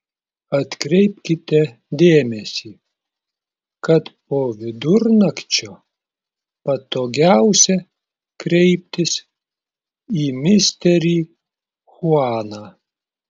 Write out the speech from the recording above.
atkreipkite dėmesį kad po vidurnakčio patogiausia kreiptis į misterį chuaną